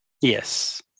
Yes